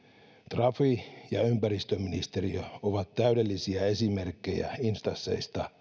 trafi ja ympäristöministeriö ovat täydellisiä esimerkkejä instansseista